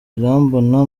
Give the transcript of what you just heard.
irambona